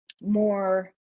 more